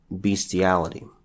bestiality